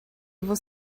vous